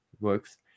works